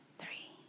three